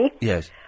yes